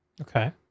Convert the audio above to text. Okay